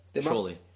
Surely